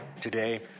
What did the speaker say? Today